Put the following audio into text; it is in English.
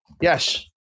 Yes